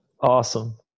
Awesome